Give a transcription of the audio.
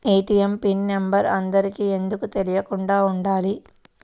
ATM pin number అందరికి ఎందుకు తెలియకుండా ఉండాలి?